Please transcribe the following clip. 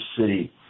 city